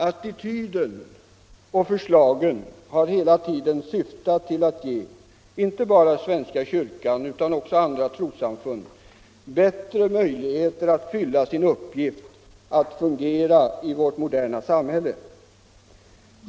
Attityden och förslagen har hela tiden syftat till att ge inte bara svenska kyrkan utan även andra trossamfund bättre möjlighet att fylla sin uppgift och att fungera i vårt moderna samhälle.